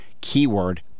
keyword